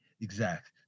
Exact